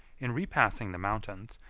in repassing the mountains,